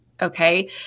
Okay